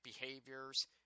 behaviors